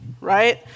right